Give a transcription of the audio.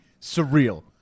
surreal